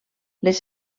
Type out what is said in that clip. les